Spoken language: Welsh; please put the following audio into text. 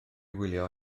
wylio